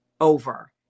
over